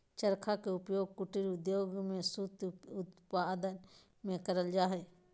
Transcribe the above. चरखा के उपयोग कुटीर उद्योग में सूत उत्पादन में करल जा हई